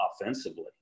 offensively